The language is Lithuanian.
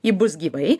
ji bus gyvai